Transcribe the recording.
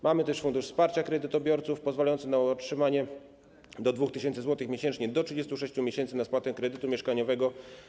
Mamy też Fundusz Wsparcia Kredytobiorców pozwalający na otrzymanie do 2 tys. zł miesięcznie na okres do 36 miesięcy na spłatę kredytu mieszkaniowego.